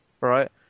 right